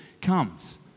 comes